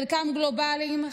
חלקם גלובליים,